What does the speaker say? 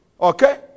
Okay